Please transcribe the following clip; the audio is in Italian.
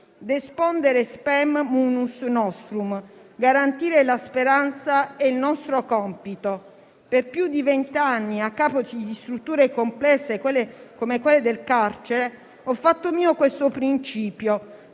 *Despondere spem munus nostrum*, garantire la speranza è il nostro compito. Per più di vent'anni a capo di strutture complesse come quelle del carcere, ho fatto mio questo principio,